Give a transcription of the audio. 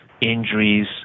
injuries